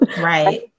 Right